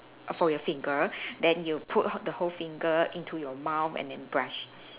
for your finger then you put the whole finger into your mouth and then brush